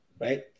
right